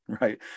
right